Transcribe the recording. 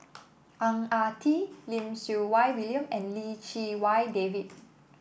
Ang Ah Tee Lim Siew Wai William and Lim Chee Wai David